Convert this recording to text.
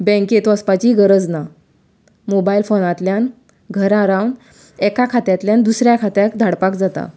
बेंकेत वचपाचीय गरज ना मोबायल फोनांतल्यान घरा रावन एका खात्यांतल्यान दुसऱ्या खात्यांत धाडपाक जाता